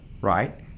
right